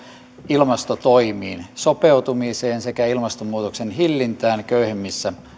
ilmastotoimiin sopeutumiseen sekä ilmastonmuutoksen hillintään köyhimmissä